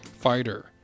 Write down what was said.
fighter